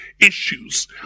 issues